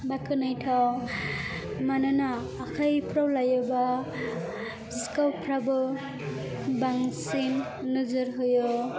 बाख्नायथाव मानोना आखाइफ्राव लायोब्ला सिखावफ्राबो बांसिन नोजोर होयो